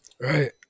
Right